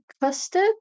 custard